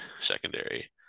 secondary